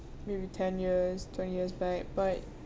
maybe ten years twenty years back but